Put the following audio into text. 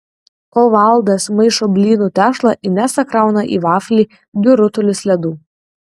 kol valdas maišo blynų tešlą inesa krauna į vaflį du rutulius ledų